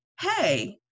hey